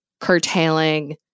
curtailing